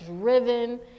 driven